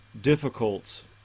difficult